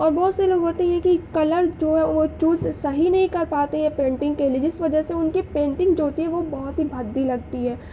اور بہت سے لوگ ہوتے ہیں کہ کلر جو ہے وہ چوز صحیح نہیں کر پاتے ہیں پینٹنگ کے لیے جس وجہ سے ان کی پینٹنگ جو ہوتی ہے وہ بہت ہی بھدی لگتی ہے